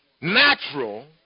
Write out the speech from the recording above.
natural